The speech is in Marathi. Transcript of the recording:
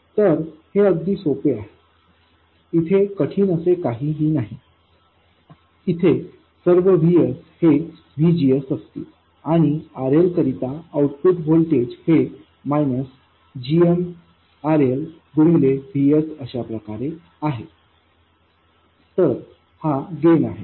तर हे अगदी सोपे आहे इथे कठीण असे काहीही नाही इथे सर्व VS हे VGS असतील आणि RL करिता आउटपुट व्होल्टेज हे मायनस gmRL गुणिले VS अशाप्रकारे आहे तर हा गेन आहे